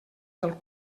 del